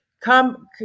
come